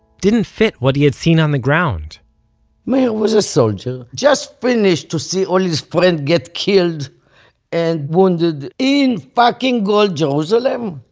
didn't fit what he had seen on the ground meir was a soldier, just finished to see all his friend get killed and wounded in fucking gold jerusalem.